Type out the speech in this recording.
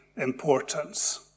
importance